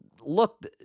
look